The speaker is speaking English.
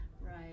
Right